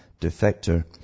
defector